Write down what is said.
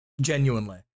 Genuinely